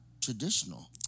traditional